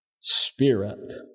Spirit